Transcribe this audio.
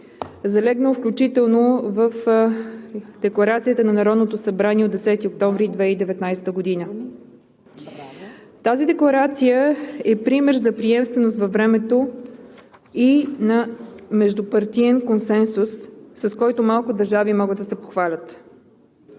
залегнал включително в Декларацията на Народното събрание от 10 октомври 2019 г. Тази декларация е пример за приемственост във времето и на междупартиен консенсус, с който малко държави могат да се похвалят.